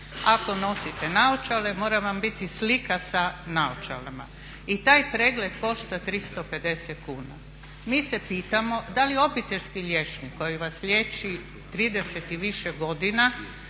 Ako nosite naočale mora vam biti slika sa naočalama. I taj pregled košta 350 kuna. Mi se pitamo, da li obiteljski liječnik koji vas liječi 30 i više godina